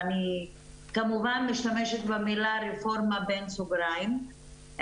ואני כמובן משתמשת במילה רפורמה בסוגריים,